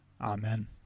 Amen